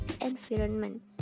environment